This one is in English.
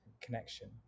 connection